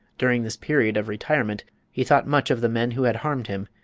during this period of retirement he thought much of the men who had harmed him,